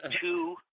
two